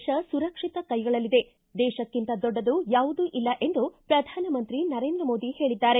ದೇಶ ಸುರಕ್ಷಿತ ಕೈಗಳಲ್ಲಿದೆ ದೇಶಕ್ಕಿಂತ ದೊಡ್ಡದು ಯಾವುದೂ ಇಲ್ಲ ಎಂದು ಪ್ರಧಾನಮಂತ್ರಿ ನರೇಂದ್ರ ಮೋದಿ ಹೇಳಿದ್ದಾರೆ